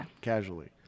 casually